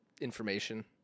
information